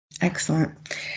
Excellent